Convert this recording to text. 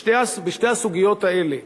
בשתי הסוגיות האלה,